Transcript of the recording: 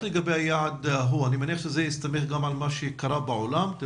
אני מניח שזה מסתמך על מה שקורה בעולם.